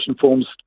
forms